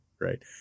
right